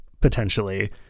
potentially